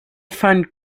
find